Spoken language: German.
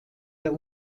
der